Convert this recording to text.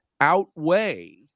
outweigh